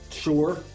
Sure